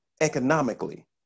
economically